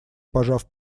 пожав